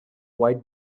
white